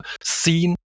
seen